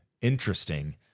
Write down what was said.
interesting